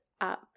up